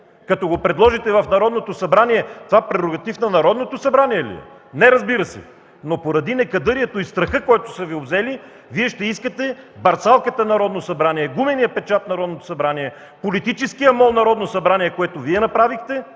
Като го предложите в Народното събрание, това прерогатив на Народното събрание ли е? Не, разбира се! Но поради некадърието и страха, които са Ви обзели, Вие ще искате парцалката „Народно събрание”, гуменият печат „Народно събрание”, политическият МОЛ „Народно събрание”, което Вие направихте,